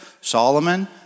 Solomon